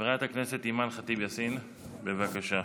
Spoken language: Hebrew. חברת הכנסת אימאן ח'טיב יאסין, בבקשה.